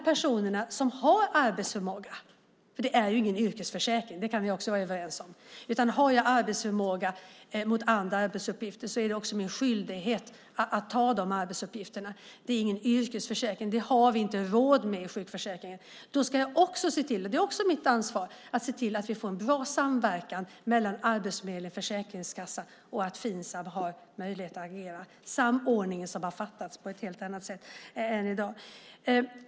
Detta är ingen yrkesförsäkring. Det kan vi också vara överens om. Har jag arbetsförmåga för andra arbetsuppgifter är det också min skyldighet att ta de arbetsuppgifterna. Det är ingen yrkesförsäkring. Det har vi inte råd med i sjukförsäkringen. Det är också mitt ansvar att se till att vi får en bra samverkan mellan Arbetsförmedlingen och Försäkringskassan och att Finsam har möjlighet att agera på ett helt annat sätt än i dag.